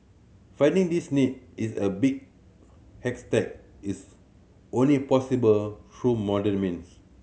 finding this needle is a big haystack is only possible through modern means